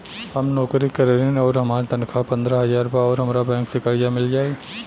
हम नौकरी करेनी आउर हमार तनख़ाह पंद्रह हज़ार बा और हमरा बैंक से कर्जा मिल जायी?